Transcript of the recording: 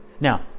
Now